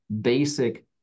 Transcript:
basic